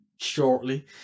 shortly